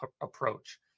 approach